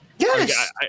Yes